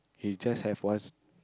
he just have one